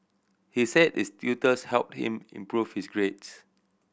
he said his tutors helped him improve his grades